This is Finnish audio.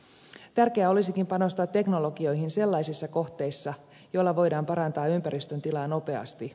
tärkeää olisikin panostaa teknologioihin sellaisissa kohteissa joilla voidaan parantaa ympäristön tilaa nopeasti